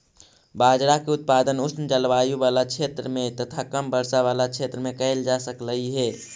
बाजरा के उत्पादन उष्ण जलवायु बला क्षेत्र में तथा कम वर्षा बला क्षेत्र में कयल जा सकलई हे